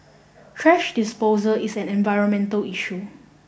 thrash disposal is an environmental issue